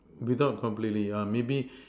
without completely yeah maybe